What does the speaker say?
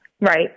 Right